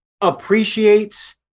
appreciates